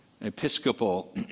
Episcopal